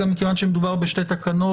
גם כיוון שמדובר בשתי תקנות,